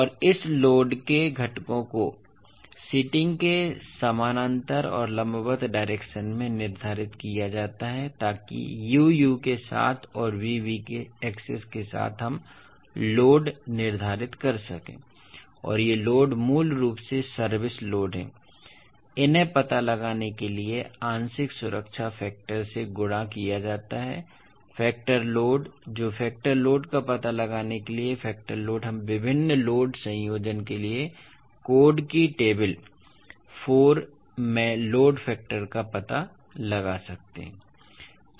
और इस लोड के घटकों को शीटिंग के समानांतर और लंबवत डायरेक्शन में निर्धारित किया जाता है ताकि u u के साथ और v v एक्सिस के साथ हम लोड निर्धारित कर सकें और ये लोड मूल रूप से सर्विस लोड हैं इन्हें पता लगाने के लिए आंशिक सुरक्षा फैक्टर से गुणा किया जाता है फैक्टर लोड जो फैक्टर लोड का पता लगाने के लिए फैक्टर लोड हम विभिन्न लोड संयोजन के लिए कोड की टेबल 4 में लोड फैक्टर का पता लगा सकते हैं